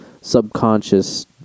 subconscious